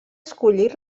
escollit